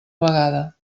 vegada